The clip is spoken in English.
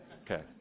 Okay